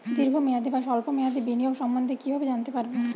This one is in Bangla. দীর্ঘ মেয়াদি বা স্বল্প মেয়াদি বিনিয়োগ সম্বন্ধে কীভাবে জানতে পারবো?